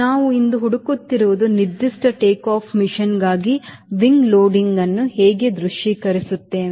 ನಾವು ಇಂದು ಹುಡುಕುತ್ತಿರುವುದು ನಿರ್ದಿಷ್ಟ ಟೇಕ್ ಆಫ್ ಮಿಷನ್ಗಾಗಿ ರೆಕ್ಕೆ ಲೋಡಿಂಗ್ ಅನ್ನು ನಾನು ಹೇಗೆ ದೃಶ್ಯೀಕರಿಸುತ್ತೇನೆ